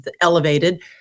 elevated